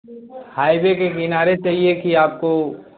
highway के किनारे चाहिए कि आपको